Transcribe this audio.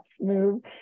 move